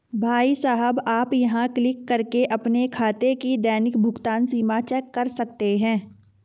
भाई साहब आप यहाँ क्लिक करके अपने खाते की दैनिक भुगतान सीमा चेक कर सकते हैं